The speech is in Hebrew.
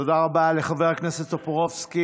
תודה רבה לחבר הכנסת טופורובסקי.